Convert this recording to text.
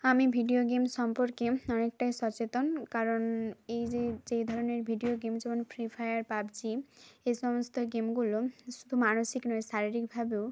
আমি video game সম্পর্কে অনেকটাই সচেতন কারণ এই যে যেই ধরনের ভিডিও গেম যেমন ফ্রি ফায়ার পাবজি এই সমস্ত গেমগুলো শুধু মানসিক নয় শারীরিকভাবেও